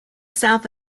south